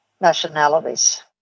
nationalities